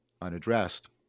unaddressed